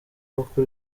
kuko